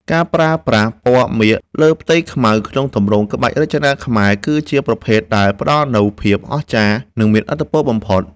ការប្រើប្រាស់ ពណ៌មាសលើផ្ទៃខ្មៅ ក្នុងទម្រង់ក្បាច់រចនាខ្មែរ គឺជាប្រភេទដែលផ្ដល់នូវភាពអស្ចារ្យ និងមានឥទ្ធិពលបំផុត។